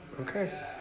Okay